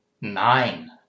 nine